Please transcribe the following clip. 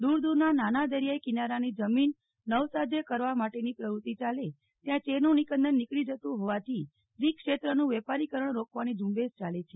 દૂર દૂર નાં નાના દરિયાઈ કિનારા ની જમીન નવસાધ્ય કરવા માટેની પ્રવૃતિ યાલે ત્યાં ચેર નું નિકંદન નીકળી જતું હોવાથી કીક ક્ષેત્રનું વેપારીકરણ રોકવાની ઝુંબેશ ચાલે છે